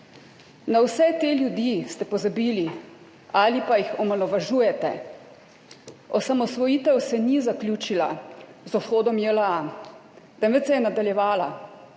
Na vse te ljudi ste pozabili ali pa jih omalovažujete. Osamosvojitev se ni zaključila z odhodom JLA, temveč se je nadaljevala,